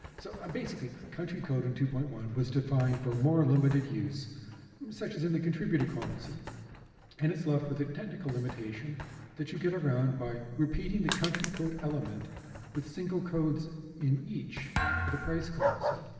so, basically country code in two point one was defined for more limited use such as in the contributor composite and it's left with a technical limitation that you get around by repeating the country code element with single codes in each for the price composite.